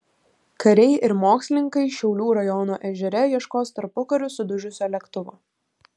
kariai ir mokslininkai šiaulių rajono ežere ieškos tarpukariu sudužusio lėktuvo